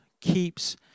keeps